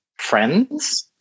friends